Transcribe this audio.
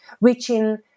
reaching